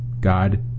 God